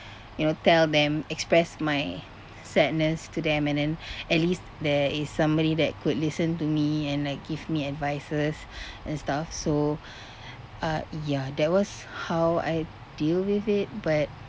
you know tell them express my sadness to them and then at least there is somebody that could listen to me and like give me advices and stuff so uh ya that was how I deal with it but